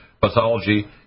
pathology